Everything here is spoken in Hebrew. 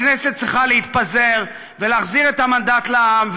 הכנסת צריכה להתפזר ולהחזיר את המנדט לעם,